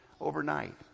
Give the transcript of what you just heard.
overnight